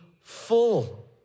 full